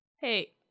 Hey